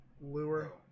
Lure